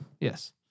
Yes